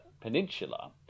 Peninsula